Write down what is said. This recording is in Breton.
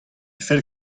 fell